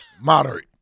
moderate